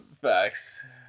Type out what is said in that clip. Facts